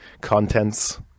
contents